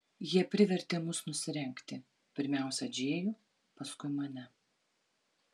jie privertė mus nusirengti pirmiausia džėjų paskui mane